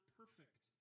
perfect